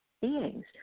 beings